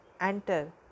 enter